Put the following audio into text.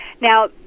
now